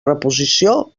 reposició